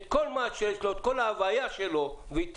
השקיע את כל ההוויה שלו השקיע במשק,